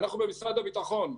אנחנו במשרד הביטחון,